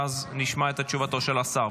ואז נשמע את תשובתו של השר.